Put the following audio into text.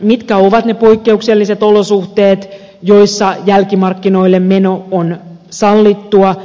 mitkä ovat ne poikkeukselliset olosuhteet joissa jälkimarkkinoille meno on sallittua